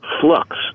flux